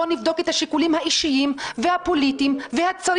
בואו נבדוק את השיקולים האישיים והפוליטיים והצרים